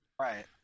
Right